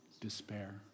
despair